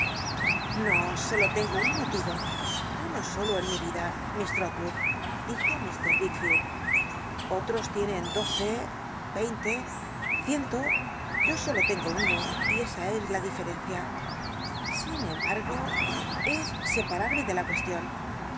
no solo tengo un motho uno solo en mi ida miss trolwood dijo ir wicklleld otros tienen doce y einte ciento yo solo tengo uno y esa es la diferencia sin embargo es separarme de la